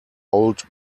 old